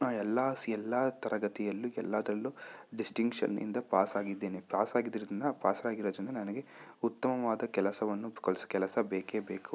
ಎಲ್ಲ ಸಿ ಎಲ್ಲ ತರಗತಿಯಲ್ಲು ಎಲ್ಲದ್ರಲ್ಲು ಡಿಸ್ಟಿಂಕ್ಷನ್ನಿಂದ ಪಾಸಾಗಿದ್ದೀನಿ ಪಾಸಾಗಿದ್ರಿಂದ ಪಾಸಾಗಿರೊ ಜನ ನನಗೆ ಉತ್ತಮವಾದ ಕೆಲಸವನ್ನು ಕೆಲ್ಸ ಕೆಲಸ ಬೇಕೇ ಬೇಕು